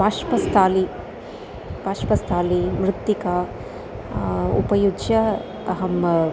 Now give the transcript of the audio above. बाष्पस्थाली बाष्पस्थाली मृत्तिका उपयुज्य अहम्